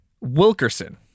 Wilkerson